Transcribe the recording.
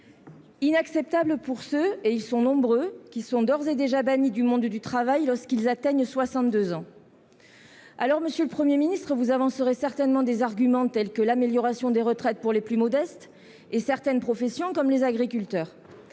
Inacceptable pour ceux, nombreux, qui à 62 ans déjà sont bannis du monde du travail. Alors, monsieur le Premier ministre, vous avancerez certainement des arguments tels que l'amélioration des retraites pour les plus modestes et certaines professions, comme les agriculteurs.